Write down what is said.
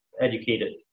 educated